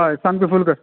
हय सामकी फूल कर